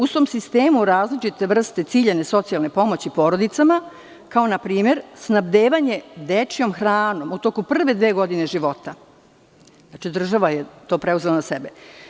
U tom sistemu različite vrste ciljane socijalne pomoći porodicama, kao npr. snabdevanje dečjom hranom u toku prve dve godine života, država je to preuzela na sebe.